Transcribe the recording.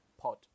pod